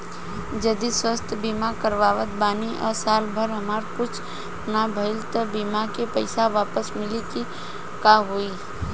जदि स्वास्थ्य बीमा करावत बानी आ साल भर हमरा कुछ ना भइल त बीमा के पईसा वापस मिली की का होई?